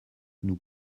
nous